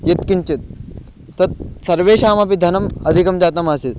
यत्किञ्चित् तत् सर्वेषामपि धनम् अधिकं जातम् आसीत्